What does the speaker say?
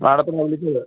മാഡത്തിനെ വിളിച്ചത്